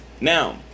Now